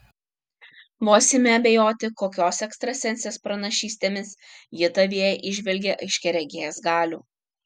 vos imi abejoti kokios ekstrasensės pranašystėmis ji tavyje įžvelgia aiškiaregės galių